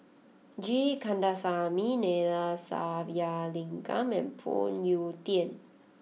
G Kandasamy Neila Sathyalingam and Phoon Yew Tien